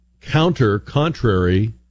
counter-contrary